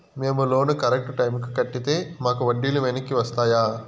మేము loan correct టైముకి కట్టితే మాకు వడ్డీ లు వెనక్కి వస్తాయా?